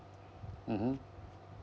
mmhmm